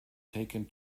taken